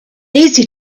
easy